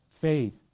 faith